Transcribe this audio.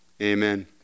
Amen